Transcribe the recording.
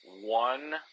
one